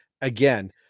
again